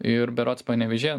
ir berods panevėžyje